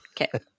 Okay